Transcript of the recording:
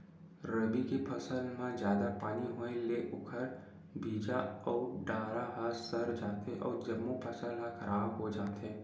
रबी के फसल म जादा पानी होए ले ओखर बीजा अउ डारा ह सर जाथे अउ जम्मो फसल ह खराब हो जाथे